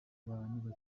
bantu